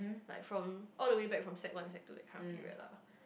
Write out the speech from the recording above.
like from all the way back from sec one and sec two that kind of period lah